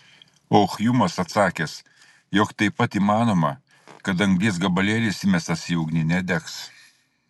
o hjumas atsakęs jog taip pat įmanoma kad anglies gabalėlis įmestas į ugnį nedegs